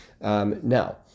Now